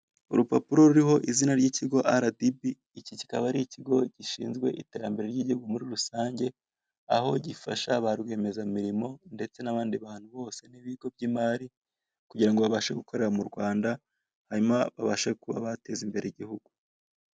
Urupapuro ruriho izina ry'ikigo RDB iki kikaba ari ikigo gishinzwe iterambere ry'igihugu muri rusange aho gifasha ba rwiyemezamirimo ndetse nabandi bantu bose nibigo by'imari kugirango babashe gukorera mu Rwanda hanyuma babashe kuba bateza imbere igihugu.